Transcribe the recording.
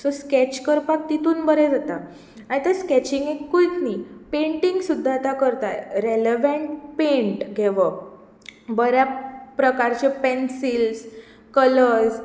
so sketch करपाक तितूंत बरें जाता आतां स्केचिंगेतून न्ही पेन्टिंग सुद्दां आतां करतां रेलेवेन्ट पेन्ट घेवप बऱ्या प्रकारचे पेन्सिल कलर्स